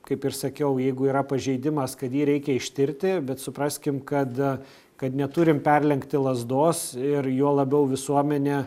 kaip ir sakiau jeigu yra pažeidimas kad jį reikia ištirti bet supraskim kad kad neturim perlenkti lazdos ir juo labiau visuomenė